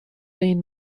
این